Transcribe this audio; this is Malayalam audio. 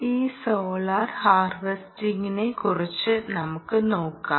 ഈ സോളാർ ഹാർവെസ്റ്റിങ്ങിനെ കുറിച്ച് നമുക്ക് നോക്കാം